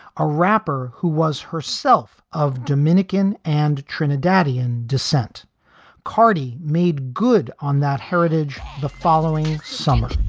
a rapper who was herself of dominican and trinidadian descent khadi made good on that heritage the following summer